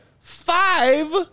five